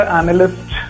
analyst